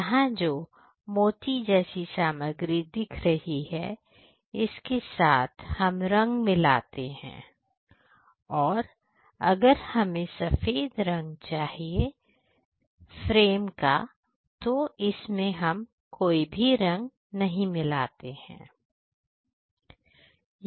यहां जो मोती जैसी सामग्री दिख रही इसके साथ हम रंग मिलाते हैं और अगर हमें सफेद रंग चाहिए फ्रेम का तो इसमें हम कोई भी रंग नहीं मिलाते हैं